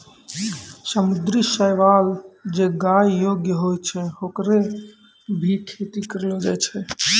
समुद्री शैवाल जे खाय योग्य होय छै, होकरो भी खेती करलो जाय छै